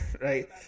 right